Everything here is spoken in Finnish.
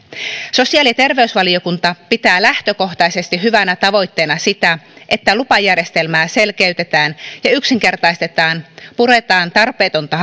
sosiaali ja terveysvaliokunta pitää lähtökohtaisesti hyvänä tavoitteena sitä että lupajärjestelmää selkeytetään ja yksinkertaistetaan puretaan tarpeetonta